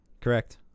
Correct